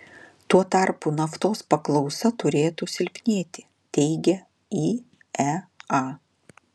tuo tarpu naftos paklausa turėtų silpnėti teigia iea